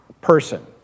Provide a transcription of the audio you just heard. person